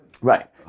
Right